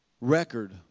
record